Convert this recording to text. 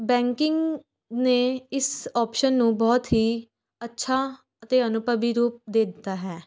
banking ਨੇ ਇਸ option ਨੂੰ ਬਹੁਤ ਹੀ ਅੱਛਾ ਅਤੇ ਅਨੁਭਵੀ ਰੂਪ ਦੇ ਦਿੱਤਾ ਹੈ